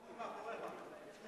אדוני ראש הממשלה, הליכוד מאחוריך.